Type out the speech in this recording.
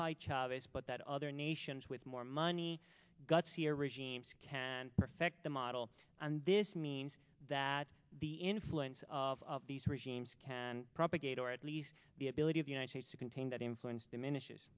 chavez but that other nations with more money gutsier regimes can perfect the model and this means that the influence of these regimes can propagate or at least the ability of united states to contain that influence diminishes